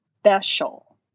special